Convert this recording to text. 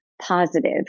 positive